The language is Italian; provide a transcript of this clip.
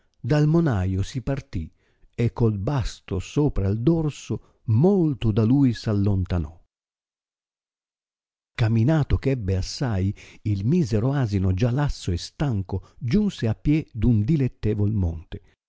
dal monaio si partì e col basto sopra il dorso molto da lui s'allontano caminato ch'ebbe assai il misero asino già lasso e stanco giunse a pie d un dilettevol monte